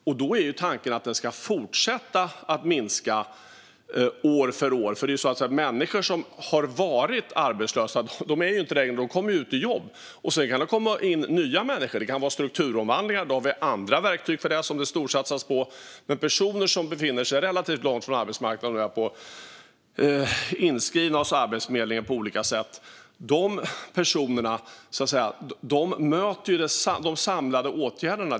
Tanken är att arbetslösheten ska fortsätta att minska år efter år. De människor som har varit arbetslösa kommer ut i jobb, men sedan kommer det in nya människor. Det kan vara strukturomvandlingar, och för detta har vi andra verktyg som det storsatsas på. Men personer som befinner sig relativt långt från arbetsmarknaden och är inskrivna hos Arbetsförmedlingen möter de samlade åtgärderna.